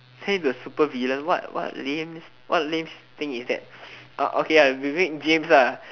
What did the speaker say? turn into a supervillain what what lame what lame thing is that uh okay we make James ah